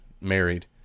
married